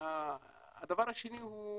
הדבר השני הוא